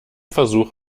versuch